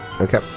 Okay